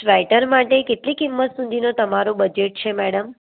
sweater માટે કેટલી કિમત સુધીનું તમારું બજેટ છે મેડમ